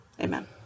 Amen